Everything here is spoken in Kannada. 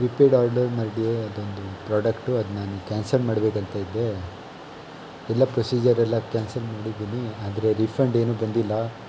ಪ್ರೀಪೇಯ್ಡ್ ಆರ್ಡರ್ ಅದೊಂದು ಪ್ರಾಡಕ್ಟು ಅದು ನಾನು ಕ್ಯಾನ್ಸಲ್ ಮಾಡಬೇಕಂತ ಇದ್ದೆ ಎಲ್ಲ ಪ್ರೊಸೀಜರ್ ಎಲ್ಲ ಕ್ಯಾನ್ಸಲ್ ಮಾಡಿದ್ದೀನಿ ಆದರೆ ರೀಫಂಡ್ ಏನೂ ಬಂದಿಲ್ಲ